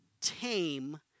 tame